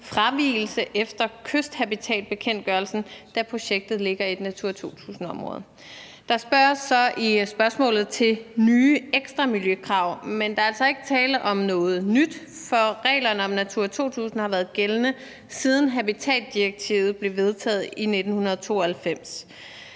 fravigelse efter kysthabitatbekendtgørelsen, da projektet ligger i et Natura 2000-område. Der spørges så i spørgsmålet til nye ekstra miljøkrav, men der er altså ikke tale om noget nyt, for reglerne om Natura 2000 har været gældende, siden habitatdirektivet blev vedtaget i 1992.